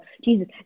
Jesus